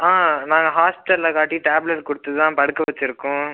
ஆ நாங்கள் ஹாஸ்பிட்டலில் காட்டி டேப்லெட் கொடுத்து தான் படுக்க வச்சுருக்கோம்